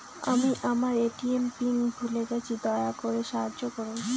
আমি আমার ATM PIN ভুলে গেছি, দয়া করে সাহায্য করুন